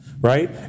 right